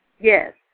Yes